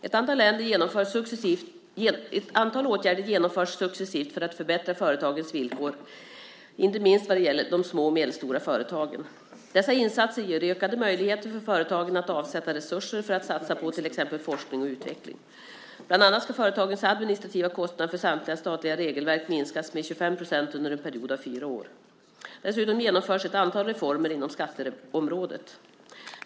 Ett antal åtgärder genomförs successivt för att förbättra företagens villkor, inte minst vad gäller de små och medelstora företagen. Dessa insatser ger ökade möjligheter för företagen att avsätta resurser för att satsa på till exempel forskning och utveckling. Bland annat ska företagens administrativa kostnader för samtliga statliga regelverk minskas med 25 % under en period av fyra år. Dessutom genomförs ett antal reformer inom skatteområdet.